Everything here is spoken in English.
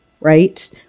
right